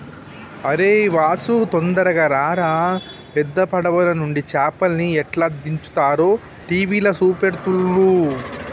అరేయ్ వాసు తొందరగా రారా పెద్ద పడవలనుండి చేపల్ని ఎట్లా దించుతారో టీవీల చూపెడుతుల్ను